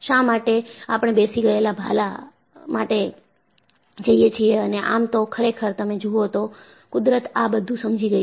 શા માટે આપણે બેસી ગયેલા ભલા માટે જઈએ છીએ અને આમ તો ખરેખર તમે જુઓ તો કુદરત આ બધું સમજી ગઈ છે